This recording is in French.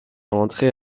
rentrer